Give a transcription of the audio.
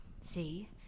See